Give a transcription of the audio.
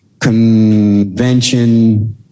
Convention